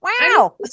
Wow